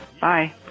bye